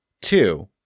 two